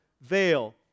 veil